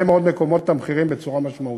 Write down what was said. מאוד מקומות את המחירים בצורה משמעותית.